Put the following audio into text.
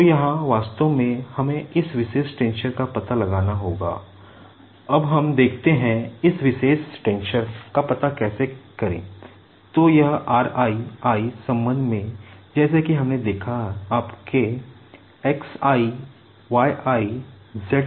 तो यहाँ वास्तव में हमें इस विशेष टेंसर मिलेंगे